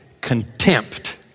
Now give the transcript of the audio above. contempt